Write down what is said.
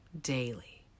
daily